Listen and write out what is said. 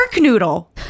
noodle